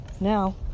now